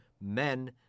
men